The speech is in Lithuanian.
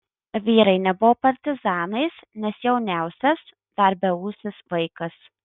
vyrai nebuvo partizanais nes jauniausias dar beūsis vaikas